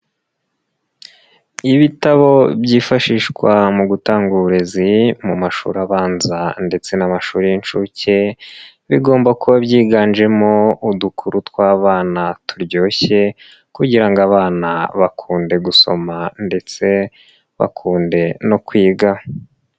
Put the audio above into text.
Ibitabo byifashishwa mu gutanga uburezi mu mashuri abanza ndetse n'amashuri y'inshuke bigomba kuba byiganjemo udukuru tw'abana turyoshye kugira ngo abana bakunde gusoma ndetse bakunde no kwiga.